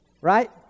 Right